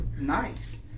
nice